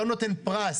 אני לא נותן פרס.